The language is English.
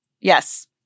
Yes